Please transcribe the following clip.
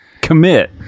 Commit